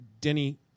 Denny